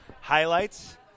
highlights